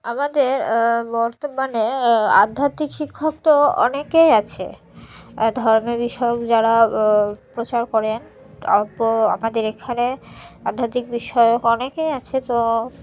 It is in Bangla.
আমাদের বর্তমানে আধ্যাত্মিক শিক্ষক তো অনেকেই আছে ধর্মের বিষয়ক যারা প্রচার করেন পো আমাদের এখানে আধ্যাত্মিক বিষয়ক অনেকেই আছে তো